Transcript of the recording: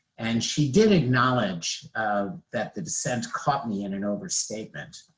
and she did acknowledge um that the dissent caught me in an overstatement,